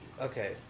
Okay